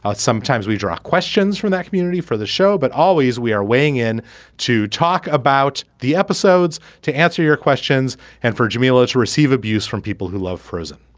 ah sometimes we draw our questions from that community for the show but always we are weighing in to talk about the episodes. to answer your questions and for jamila to receive abuse from people who love frozen